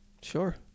Sure